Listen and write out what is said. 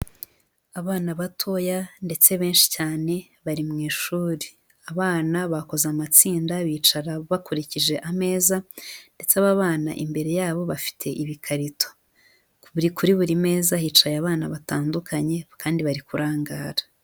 Abana batoya ndetse benshi cyane bari mu ishuri. Abana bakoze amatsinda bicara bakurikije ameza, ndetse aba bana imbere yabo bafite ibikarito. Buri kuri buri meza hicaye abana batandukanye, kandi bari kurangara.